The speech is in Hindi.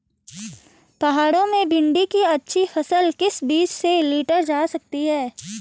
पहाड़ों में भिन्डी की अच्छी फसल किस बीज से लीटर जा सकती है?